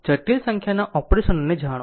જટિલ સંખ્યાના ઓપરેશનને જાણો